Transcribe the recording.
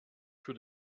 für